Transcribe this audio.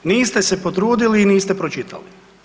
Niste se potrudili, niste pročitali.